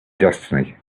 destiny